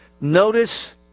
Notice